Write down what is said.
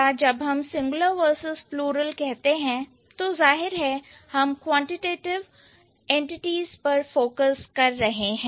या जब हम सिंगुलर वर्सेस प्लुरल कहते हैं तो जाहिर है हम क्वांटिटेटिव एंटिटीज पर फोकस कर रहे हैं